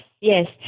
Yes